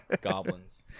Goblins